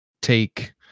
take